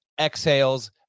exhales